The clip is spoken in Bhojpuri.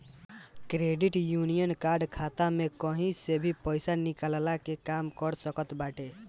क्रेडिट यूनियन कार्ड खाता में कही से भी पईसा निकलला के काम कर सकत बाटे